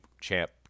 champ